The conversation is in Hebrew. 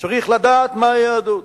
צריך לדעת מהי היהדות.